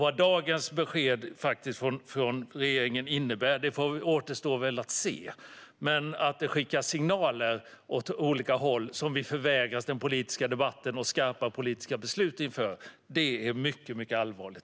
Vad dagens besked från regeringen faktiskt innebär återstår väl att se, men att det skickas signaler åt olika håll som vi förvägras den politiska debatten om och skarpa politiska beslut inför är mycket allvarligt.